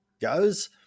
goes